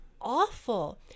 awful